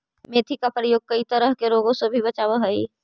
मेथी का प्रयोग कई तरह के रोगों से भी बचावअ हई